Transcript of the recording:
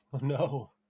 no